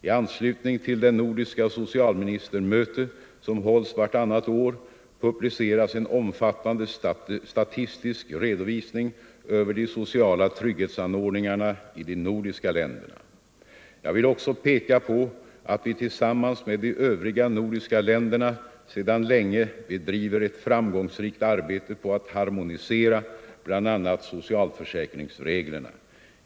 I anslutning till det nordiska socialministermöte som hålls vartannat år publiceras en omfattande statistisk redovisning över de sociala trygghetsanordningarna i de nordiska länderna. Jag vill också peka på att vi tillsammans med de övriga nordiska länderna sedan länge bedriver ett framgångsrikt arbete på att harmonisera bl.a. socialförsäkringsreglerna.